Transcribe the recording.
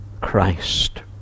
Christ